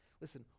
Listen